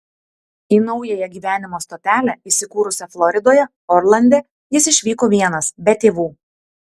į naująją gyvenimo stotelę įsikūrusią floridoje orlande jis išvyko vienas be tėvų